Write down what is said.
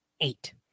eight